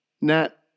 Nat